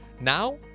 now